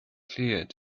cleared